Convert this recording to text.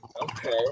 Okay